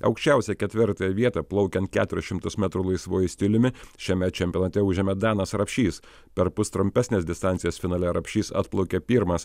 aukščiausią ketvirtąją vietą plaukiant keturis šimtus metrų laisvuoju stiliumi šiame čempionate užėmė danas rapšys perpus trumpesnes distancijas finale rapšys atplaukė pirmas